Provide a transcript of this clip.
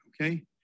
Okay